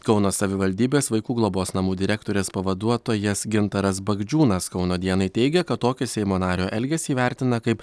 kauno savivaldybės vaikų globos namų direktorės pavaduotojas gintaras bagdžiūnas kauno dienai teigė kad tokį seimo nario elgesį vertina kaip